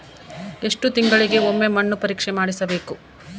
ಎಷ್ಟು ತಿಂಗಳಿಗೆ ಒಮ್ಮೆ ಮಣ್ಣು ಪರೇಕ್ಷೆ ಮಾಡಿಸಬೇಕು?